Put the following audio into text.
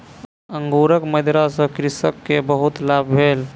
अंगूरक मदिरा सॅ कृषक के बहुत लाभ भेल